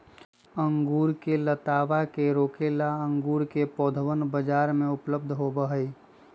अंगूर के लतावा के रोके ला अंगूर के पौधवन बाजार में उपलब्ध होबा हई